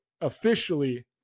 officially